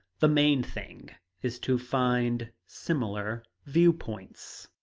the main thing is to find similar view-points.